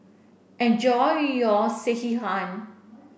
enjoy your Sekihan